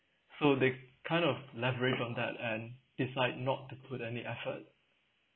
so they kind of leverage on that and decide not to put any effort